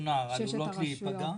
הראשונה עלולות להיפגע?